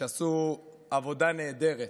שעשו עבודה נהדרת,